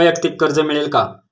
वैयक्तिक कर्ज मिळेल का?